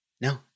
No